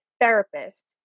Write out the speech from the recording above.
therapist